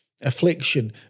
Affliction